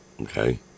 Okay